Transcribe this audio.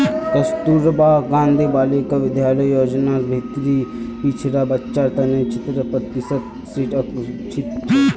कस्तूरबा गांधी बालिका विद्यालय योजनार भीतरी पिछड़ा बच्चार तने पिछत्तर प्रतिशत सीट आरक्षित छे